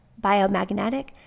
biomagnetic